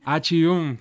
ačiū jum